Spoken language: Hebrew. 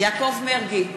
יעקב מרגי,